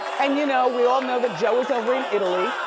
and you know we all know that joe is over in italy.